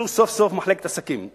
ייסעו סוף-סוף במחלקת עסקים".